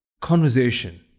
conversation